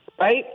right